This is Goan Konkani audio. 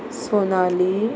सोनाली